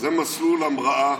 זה מסלול המראה